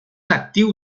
actiu